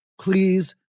Please